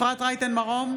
אפרת רייטן מרום,